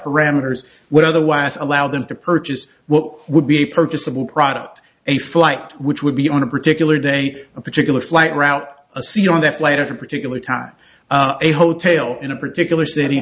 parameters which otherwise allow them to purchase what would be purchasable product a flight which would be on a particular day a particular flight route a c on that later for a particular time a hotel in a particular city